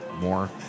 more